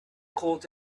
called